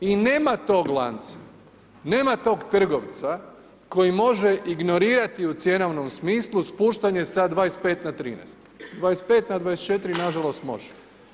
I nema tog lanca, nema tog trgovca koji može ignorirati u cjenovnom smislu spuštanje sa 25 na 13. 25 na 24 nažalost može.